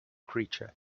creature